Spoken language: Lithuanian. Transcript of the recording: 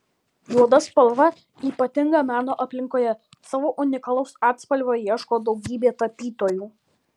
juoda spalva ypatinga meno aplinkoje savo unikalaus atspalvio ieško daugybė tapytojų